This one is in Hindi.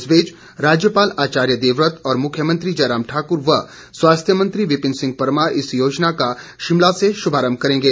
इस बीच राज्यपाल आचार्य देवव्रत और मुख्यमंत्री जय राम ठाकुर व स्वास्थ्य मंत्री विपिन सिंह परमार इस योजना का शिमला से शुभारम्भ करेंगे